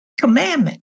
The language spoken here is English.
commandment